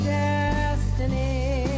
destiny